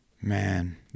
Man